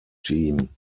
team